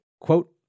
quote